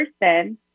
person